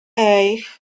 eight